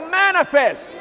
manifest